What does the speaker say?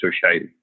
society